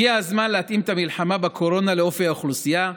הגיע הזמן להתאים את המלחמה בקורונה לאופי האוכלוסייה.